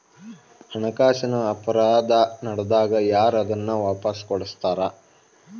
ಹಣಕಾಸಿನ್ ಅಪರಾಧಾ ನಡ್ದಾಗ ಯಾರ್ ಅದನ್ನ ವಾಪಸ್ ಕೊಡಸ್ತಾರ?